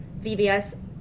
VBS